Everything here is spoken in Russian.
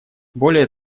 более